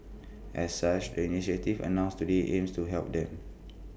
as such the initiatives announced today aims to help them